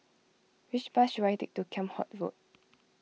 which bus should I take to Kheam Hock Road